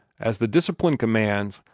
as the discipline commands,